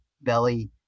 belly